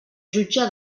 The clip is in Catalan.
jutge